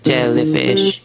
Jellyfish